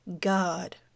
God